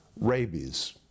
rabies